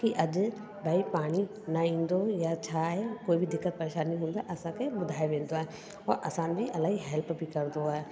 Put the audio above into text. कि अॼ भई पाणी न ईंदो या छा आए कोई बि दिक़त परेशानी हूंदी आहे असांखे ॿुधाए वेंदो आहे और असांजी अलाई हैल्प बि कंदो आहे